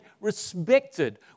respected